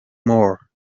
moore